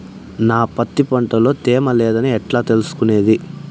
నా పత్తి పంట లో తేమ లేదని ఎట్లా తెలుసుకునేది?